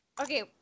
Okay